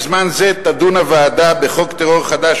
בזמן זה תדון הוועדה בחוק טרור חדש,